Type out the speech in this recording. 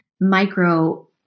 micro